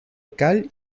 cal